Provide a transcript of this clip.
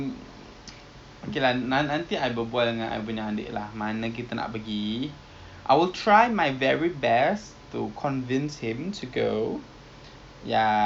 they have a lunch promo I think it's seven dollars or eight dollars and eighty or like macam let's say chicken set then you get your own in individual soup base then you get your own